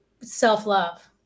self-love